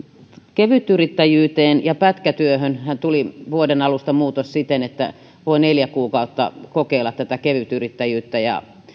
kevytyrittäjyyteen ja pätkätyöhönhän tuli vuoden alusta muutos siten että voi neljä kuukautta kokeilla tätä kevytyrittäjyyttä